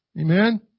Amen